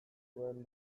zuen